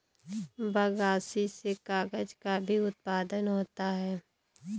बगासी से कागज़ का भी उत्पादन होता है